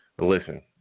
listen